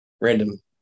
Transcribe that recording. Random